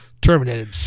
terminated